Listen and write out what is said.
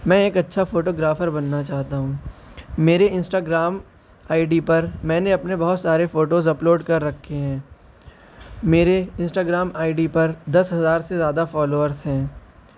میں ایک اچھا فوٹوگرافر بننا چاہتا ہوں میرے انسٹاگرام آئی ڈی پر میں نے اپنے بہت سارے فوٹوز اپلوڈ کر رکھے ہیں میرے انسٹاگرام آئی ڈی پر دس ہزار سے زیادہ فالوورس ہیں